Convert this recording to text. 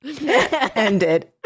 Ended